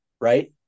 right